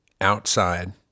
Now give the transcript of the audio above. outside